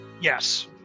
Yes